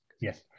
yes